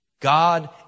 God